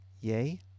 Yay